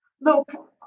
Look